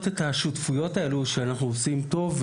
את השותפויות האלה שאנחנו עושים טוב,